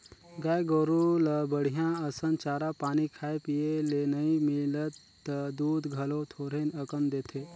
गाय गोरु ल बड़िहा असन चारा पानी खाए पिए ले नइ मिलय त दूद घलो थोरहें अकन देथे